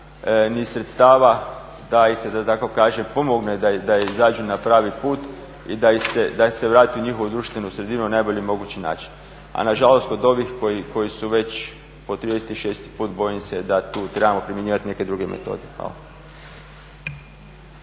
ni sredstava da im se da tako kažem pomogne da izađu na pravi put i da ih se vrati u njihovu društvenu sredinu na najbolji mogući način. A nažalost kod ovih koji su već po 36 put bojim se da tu trebamo primjenjivati neke druge metode. Hvala.